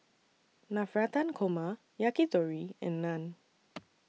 Navratan Korma Yakitori and Naan